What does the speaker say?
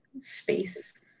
space